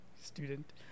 student